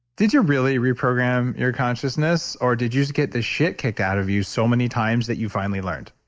did you really reprogram your consciousness? or did you just get the shit kicked out of you so many times that you finally learned?